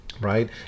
right